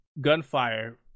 Gunfire